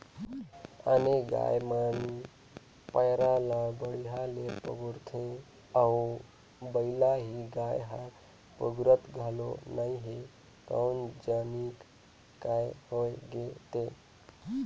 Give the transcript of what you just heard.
आने गाय मन पैरा ला बड़िहा ले पगुराथे अउ बलही गाय हर पगुरात घलो नई हे कोन जनिक काय होय गे ते